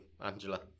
Angela